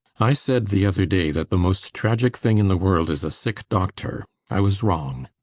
i said the other day that the most tragic thing in the world is a sick doctor. i was wrong.